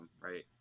right